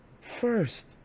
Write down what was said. first